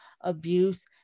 abuse